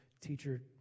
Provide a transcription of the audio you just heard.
Teacher